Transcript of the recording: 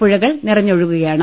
പുഴകൾ നിറഞ്ഞൊ ഴുകുകയാണ്